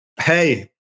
Hey